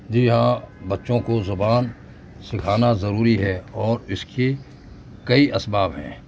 جی ہاں بچوں کو زبان سکھانا ضروری ہے اور اس کی کئی اسباب ہیں